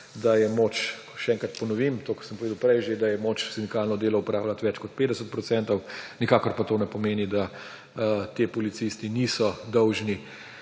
da je moč, še enkrat ponovim to, kar sem povedal že prej, da je moč sindikalno delo opravljati več kot 50 %, nikakor pa to ne pomeni, da ti policisti niso dolžni